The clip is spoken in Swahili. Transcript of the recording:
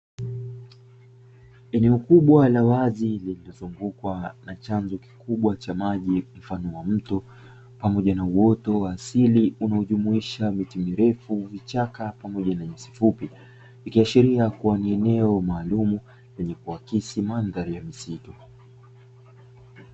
Eneo kubwa la wazi lililozungukwa na chanzo kikubwa cha maji mfano wa mto pamoja na uoto wa asili unaojumuisha miti mirefu, vichaka pamoja na nyasi fupi ikiashiria kuwa ni eneo maalumu lenye kuakisi mandhari ya misitu.